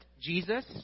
Jesus